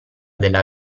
della